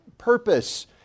purpose